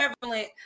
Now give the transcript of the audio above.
prevalent